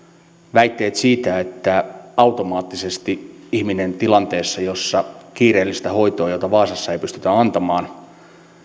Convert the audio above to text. väitteet siitä että automaattisesti ihminen tilanteessa jossa tarvitaan kiireellistä hoitoa jota vaasassa ei pystytä antamaan